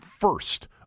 first